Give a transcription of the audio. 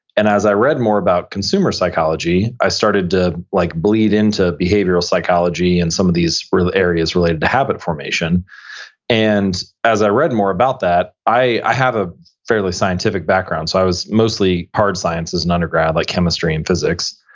and as i read more about consumer psychology, i started to like bleed into behavioral psychology and some of these areas related to habit formation and as i read more about that, i i have a fairly scientific background, so i was mostly hard sciences in undergrad like chemistry and physics,